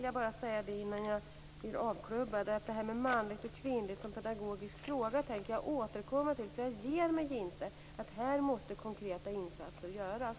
Jag tänker återkomma till frågan om manligt och kvinnligt som en pedagogisk fråga. Jag ger mig inte. Här måste konkreta insatser göras.